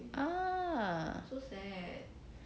ah